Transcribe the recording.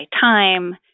time